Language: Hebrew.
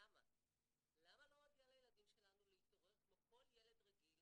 למה לא מגיע לילדים שלנו להתעורר כמו כל ילד רגיל?